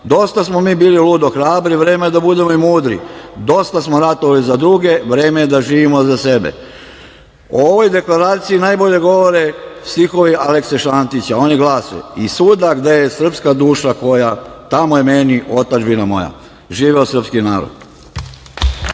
Dosta smo mi bili ludo hrabri, vreme je da budemo i mudri. Dosta smo ratovali za druge, vreme je da živimo za sebe. O ovoj deklaraciji najbolje govore stihovi Alekse Šantića, očni glase: „I svuda gde je srpska duša koja, tamo je meni otadžbina moja. Živeo srpski narod“.